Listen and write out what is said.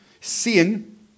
Seeing